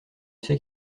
sais